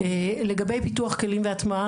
לגבי פיתוח כלים והטמעה,